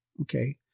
okay